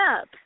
up